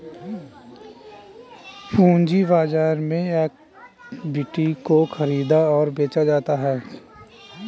पूंजी बाजार में इक्विटी को ख़रीदा और बेचा जाता है